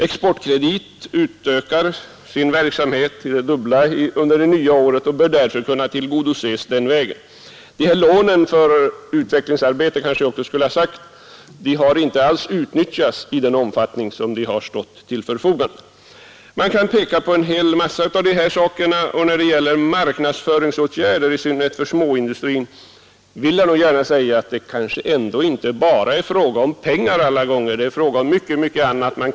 Exportkredit utökar sin verksamhet till det dubbla under det kommande budgetåret, och detta motionskrav bör därför kunna tillgodoses den vägen. Lånen för utvecklingsarbete har för övrigt inte alls utnyttjats i den utsträckning som de har stått till förfogande. Man kan peka på en hel massa saker, och när det gäller marknadsföringsåtgärder — i synnerhet för småindustrin — vill jag nog gärna säga att det kanske inte bara är fråga om pengar alla gånger. Det är fråga om mycket annat.